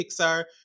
Pixar